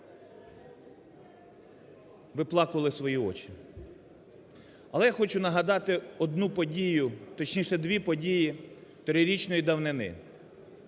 виплакували свої очі. Але я хочу нагадати одну подію, точніше дві події 3-річної давнини.